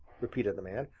repeated the man,